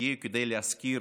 הגיעו כדי להזכיר